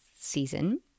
season